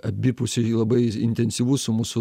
abipusiai labai intensyvus su mūsų